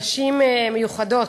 נשים מיוחדות,